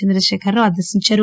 చంద్రశేఖర్ రావు ఆదేశించారు